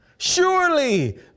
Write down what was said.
Surely